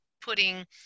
putting